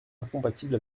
incompatible